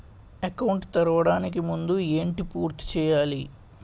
Account తెరవడానికి ముందు ఏంటి పూర్తి చేయాలి?